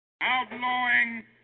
outlawing